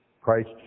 Christ